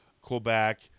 Quebec